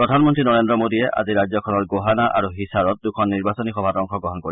প্ৰধানমন্তী নৰেন্দ্ৰ মোডীয়ে আজি ৰাজ্যখনৰ গোহানা আৰু হিছাৰত দুখন নিৰ্বাচনী সভাত অংশগ্ৰহণ কৰিব